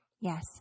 Yes